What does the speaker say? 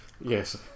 yes